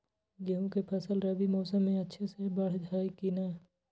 गेंहू के फ़सल रबी मौसम में अच्छे से बढ़ हई का?